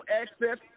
access